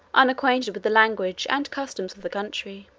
unacquainted with the language and customs of the country.